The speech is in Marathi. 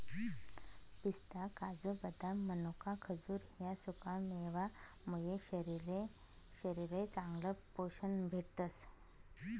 पिस्ता, काजू, बदाम, मनोका, खजूर ह्या सुकामेवा मुये शरीरले चांगलं पोशन भेटस